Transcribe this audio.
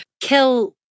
kill